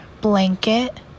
blanket